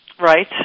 Right